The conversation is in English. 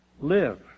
live